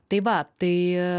tai va tai